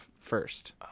first